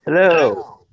Hello